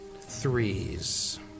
threes